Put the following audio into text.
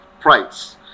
price